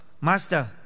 master